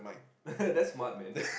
that's smart man